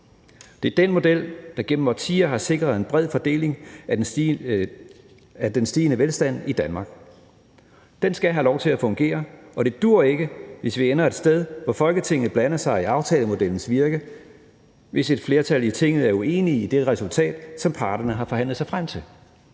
Det er den model, der gennem årtier har sikret en bred fordeling af den stigende velstand i Danmark. Den skal have lov til at fungere, og det duer ikke, hvis vi ender et sted, hvor Folketinget blander sig i aftalemodellens virke, hvis et flertal i Tinget er uenige i det resultat, som parterne har forhandlet sig frem til.